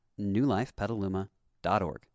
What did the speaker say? newlifepetaluma.org